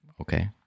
Okay